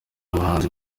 abahanzi